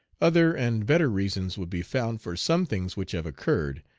other and better reasons would be found for some things which have occurred,